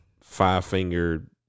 five-fingered